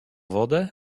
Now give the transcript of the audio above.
wodę